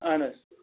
اہن حظ